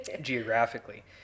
geographically